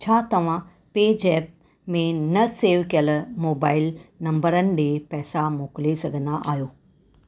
छा तव्हां पे ज़ेप्प में न सेव कयल मोबाइल नंबरनि ॾे पैसा मोकिले सघंदा आहियो